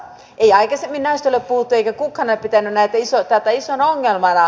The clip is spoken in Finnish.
ei aikaisemmin näistä ole puhuttu eikä kukaan ole pitänyt tätä isona ongelmana